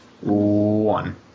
One